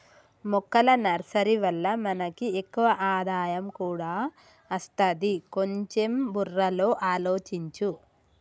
మొక్కల నర్సరీ వల్ల మనకి ఎక్కువ ఆదాయం కూడా అస్తది, కొంచెం బుర్రలో ఆలోచించు